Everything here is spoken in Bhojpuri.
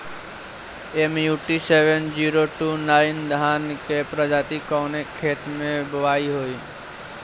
MUT seven zero two nine धान के प्रजाति कवने खेत मै बोआई होई?